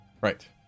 Right